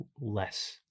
less